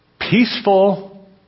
peaceful